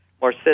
more